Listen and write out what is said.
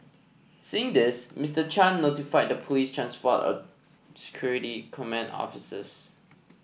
seeing this Mister Chan notified the police's transport a security command officers